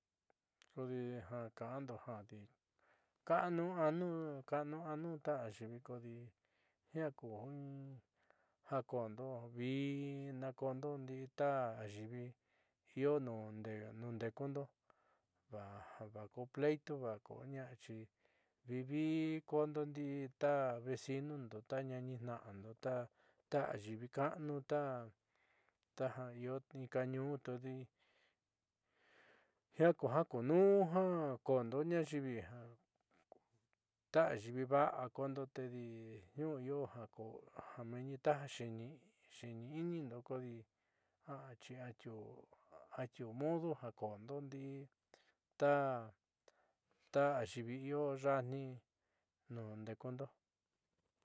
Kodi ja ka'ando jadi ka'anu ánu ka'anu anu ta ayiivi kodi jiaa kuja kuundo vii nakoondo ndii ta ayiivi io nuun ndeekundo va koo pleito va ko ña'axi vi vi koondo ndii ta vecinondo ta ñaanitna'ando ta ta ayiivi ka'anu ta taja io kaañuundo jiaa ku ja kuunuun ja ko'ondo ñaa ayiivi va'a koondo tedi io niuu io ja ku ja ta xeeni'inindo kodi axi ati udo ja koondo ndii ta ayiivi io ya'atni nuun deekundo.